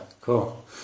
cool